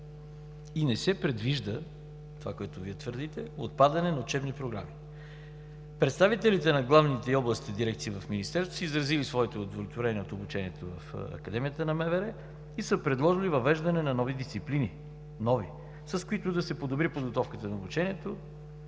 и не се предвижда – това, което Вие твърдите, отпадане на учебни програми. Представителите на главните и областните дирекции в Министерството са изразили своите удовлетворения от обучението в Академията на МВР и са предложили въвеждане на нови дисциплини, нови, с които да се подобри подготовката на обучението